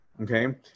okay